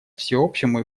всеобщему